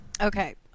Okay